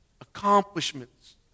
Accomplishments